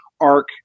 arc